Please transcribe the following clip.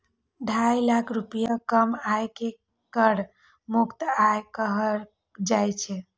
ढाई लाख रुपैया सं कम आय कें कर मुक्त आय कहल जाइ छै